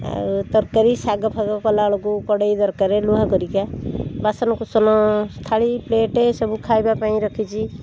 ଆଉ ତାରକାରୀ ଶାଗଫାଗ କଲାବେଳକୁ କଡ଼େଇ ଦରକାର ଲୁହାଖଡ଼ିକା ବାସନକୁସନ ଥାଳି ପ୍ଲେଟ୍ ସବୁ ଖାଇବାପାଇଁ ରଖିଛି